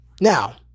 Now